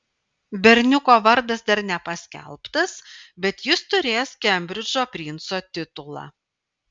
berniuko vardas dar nepaskelbtas bet jis turės kembridžo princo titulą